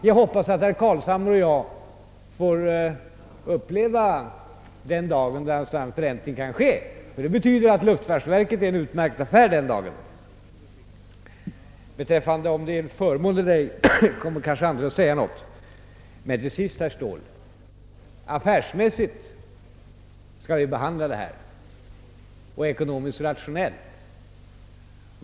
Jag hoppas att herr Carlshamre och jag får uppleva den dag, då en sådan förräntning blir möjlig, ty det betyder att luftfartsverket då är en utmärkt affär. Huruvida det är en förmån eller ej kommer kanske andra att säga något om. Men till sist, herr Ståhl: Affärsmässigt skall vi behandla denna fråga och även ekonomiskt och rationellt.